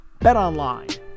BetOnline